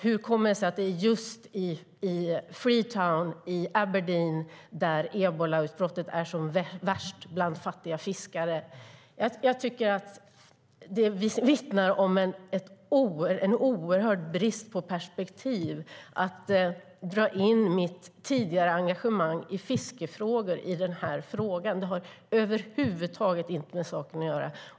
Hur kommer det sig att det är just i Aberdeen i Freetown som ebolautbrottet är som värst bland fattiga fiskare? Jag tycker att det vittnar om en oerhörd brist på perspektiv att dra in mitt tidigare engagemang i fiskefrågor i den här frågan. Det har över huvud taget inte med saken att göra.